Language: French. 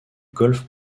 golf